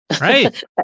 right